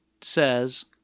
says